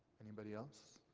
anybody else,